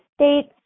states